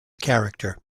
character